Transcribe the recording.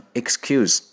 excuse